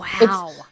Wow